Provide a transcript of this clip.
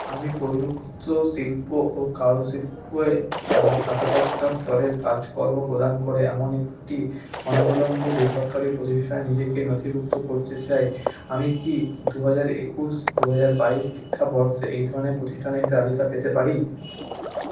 আমি প্রযুক্ত শিল্প ও কারুশিল্পে স্নাতকোত্তর স্তরের কাজকর্ম প্রদান করে এমন একটি অনবলম্ব বেসরকারি প্রতিষ্ঠানে নিজেকে নথিভুক্ত করতে চাই আমি কি দুহাজার একুশ দুহাজার বাইশ শিক্ষাবর্ষে এই ধরনের প্রতিষ্ঠানের একটা তালিকা পেতে পারি